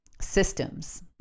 systems